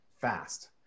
fast